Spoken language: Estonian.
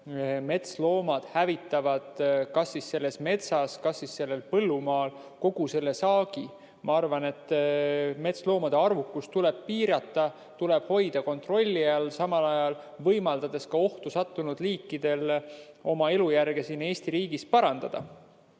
metsloomad hävitaksid kas selles metsas või sellel põllumaal kogu saagi. Ma arvan, et metsloomade arvukust tuleb piirata, seda tuleb hoida kontrolli all, samal ajal võimaldades ka ohtu sattunud liikidel oma elujärge siin Eesti riigis parandada. Nüüd